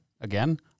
again